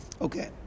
okay